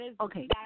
Okay